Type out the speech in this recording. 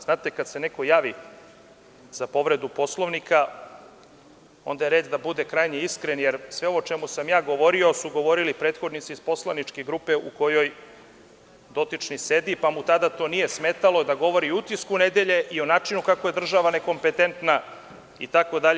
Znate, kada se neko javi za povredu Poslovnika onda je red da bude krajnje iskren jer sve ovo o čemu sam ja govori su govorili prethodnici iz poslaničke grupe u kojoj dotični sedi, pa mu tada to nije smetalo da govori i o „Utisku nedelje“ i o načinu kako je država nekompententna itd.